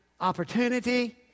opportunity